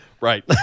Right